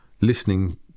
listening